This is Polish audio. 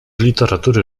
literatury